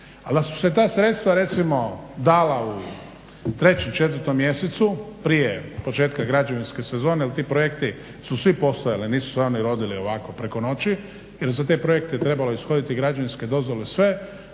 da su se ta sredstava recimo dala u 3., 4.mjesecu prije početka građevinske sezone jel ti projekti su svi postojali, nisu se oni rodili ovako preko noći jel za te projekte je trebalo ishoditi građevinske dozvole sve,